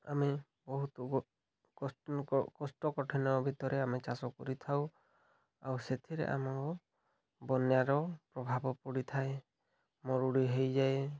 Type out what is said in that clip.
ଆମେ ବହୁତ କୋଷ୍ଠକାଠିନ୍ୟ ଭିତରେ ଆମେ ଚାଷ କରିଥାଉ ଆଉ ସେଥିରେ ଆମ ବନ୍ୟାର ପ୍ରଭାବ ପଡ଼ିଥାଏ ମରୁଡ଼ି ହେଇଯାଏ